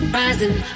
rising